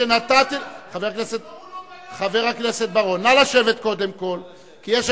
חבר הכנסת בר-און, על חוק ההסדרים חודשים.